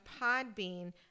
Podbean